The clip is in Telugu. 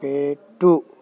పెట్టు